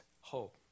hope